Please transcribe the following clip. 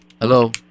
hello